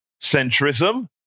Centrism